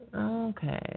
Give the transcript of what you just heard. Okay